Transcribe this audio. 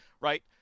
right